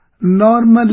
Normally